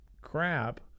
crap